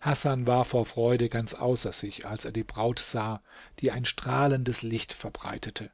hasan war vor freude ganz außer sich als er die braut sah die ein strahlendes licht verbreitete